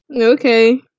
Okay